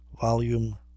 volume